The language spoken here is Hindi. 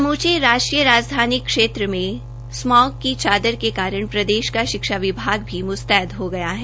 समूचे राष्ट्रीय राजधानी क्षेत्र में स्मॉग की चादर के कारण प्रदेश का शिक्षा विभाग भी मुस्तैद हो गया है